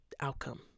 outcome